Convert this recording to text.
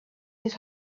his